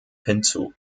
hinzu